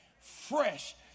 fresh